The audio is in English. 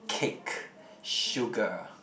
cake sugar